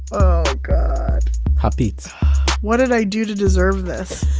oh god hot beats what did i do to deserve this?